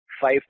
five